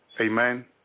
amen